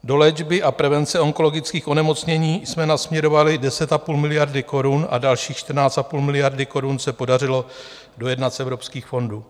Do léčby a prevence onkologických onemocnění jsme nasměrovali 10,5 miliardy korun a dalších 14,5 miliardy korun se podařilo dojednat z evropských fondů.